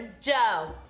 Joe